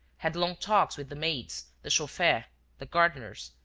had long talks with the maids, the chauffeur, the gardeners,